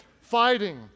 fighting